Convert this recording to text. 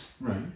Right